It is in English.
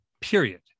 period